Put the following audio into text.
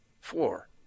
Four